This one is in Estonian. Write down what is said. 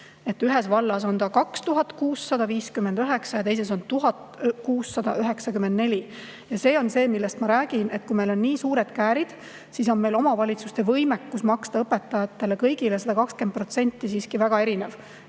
Ühes vallas on see 2659 ja teises on 1694. See on see, millest ma räägin. Kui meil on nii suured käärid, siis on meil omavalitsuste võimekus maksta kõigile õpetajatele vähemalt 120% siiski väga erinev.